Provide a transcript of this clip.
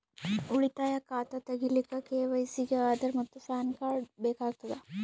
ಉಳಿತಾಯ ಖಾತಾ ತಗಿಲಿಕ್ಕ ಕೆ.ವೈ.ಸಿ ಗೆ ಆಧಾರ್ ಮತ್ತು ಪ್ಯಾನ್ ಕಾರ್ಡ್ ಬೇಕಾಗತದ